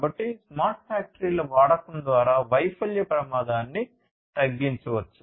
కాబట్టి స్మార్ట్ ఫ్యాక్టరీల వాడకం ద్వారా వైఫల్య ప్రమాదాన్ని తగ్గించవచ్చు